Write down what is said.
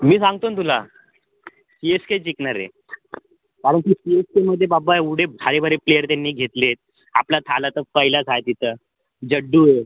मी सांगतो न तुला सी एस केच जिंकणार आहे कारण की सी एस केमध्ये बाब्बा एवढे भारीभारी प्लेयर त्यांनी घेतलेत आपलं थाला तर पहिलाच आहे तिथं जड्डू आहे